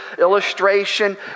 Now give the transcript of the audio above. illustration